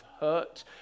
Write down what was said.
hurt